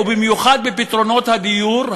ובמיוחד בפתרונות הדיור,